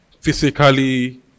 physically